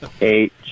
eight